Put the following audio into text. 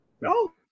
No